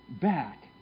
back